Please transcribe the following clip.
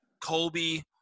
Colby